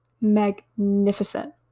magnificent